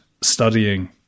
studying